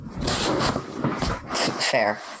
Fair